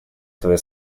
свои